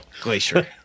Glacier